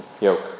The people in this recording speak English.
yoke